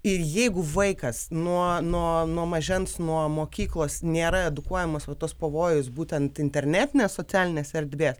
ir jeigu vaikas nuo nuo nuo mažens nuo mokyklos nėra edukuojamas vat tuos pavojus būtent internetinės socialinės erdvės